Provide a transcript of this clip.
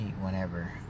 whenever